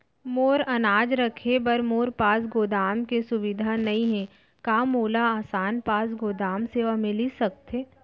मोर अनाज रखे बर मोर पास गोदाम के सुविधा नई हे का मोला आसान पास गोदाम सेवा मिलिस सकथे?